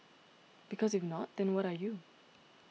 because if not then what are you